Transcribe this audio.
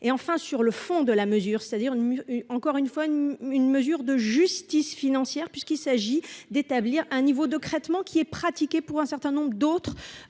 et enfin sur le fond de la mesure, c'est-à-dire une encore une fois une une mesure de justice financière puisqu'il s'agit d'établir un niveau de Crettenand qui est pratiqué pour un certain nombre d'autres